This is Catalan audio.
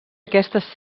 aquestes